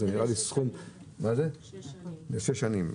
רואה חשבון זה סכום --- לשש שנים.